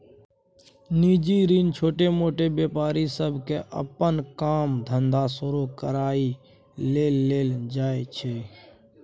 निजी ऋण छोटमोट व्यापारी सबके अप्पन काम धंधा शुरू करइ लेल लेल जाइ छै